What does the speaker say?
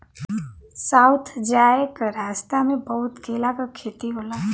south जाए क रस्ता में बहुत केला क खेती होला